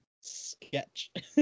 Sketch